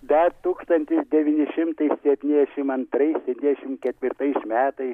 dar tūkstantis devyni šimtai septyniasdešim antrais ir dvidešim ketvirtais metais